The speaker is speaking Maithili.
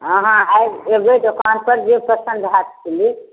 अहाँ आउ एबै दोकानपर जे पसन्द हैत से लेब